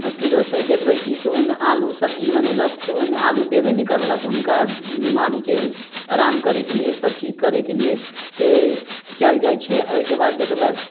अथी होतै देखबै कि से ओहिमे आलू सब्जी बनेलक तऽ ओहिमे आलू देबे नहि करलक हुनका बिमारीके आराम करैके लिए सब ठीक करैके लिए से कयल जाइ छै आ ओहिके बाद देखबै